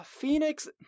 Phoenix